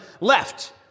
left